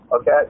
okay